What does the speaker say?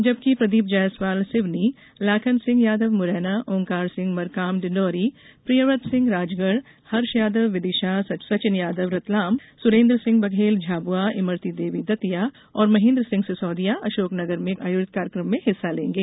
जबकि प्रदीप जायसवाल सिवनी लाखन सिंह यादव मुरैना ओंकार सिंह मरकाम डिण्डौरी प्रियवत सिंह राजगढ़ हर्ष यादव विदिशा सचिन यादव रतलाम सुरेन्द्र सिंह बघेल झाबुआ इमरती देवी दतिया महेन्द्र सिंह सिसौदिया अशोकनगर में आयोजित कार्यक्रम में हिस्सा लेंगे